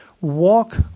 walk